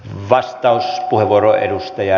arvoisa puhemies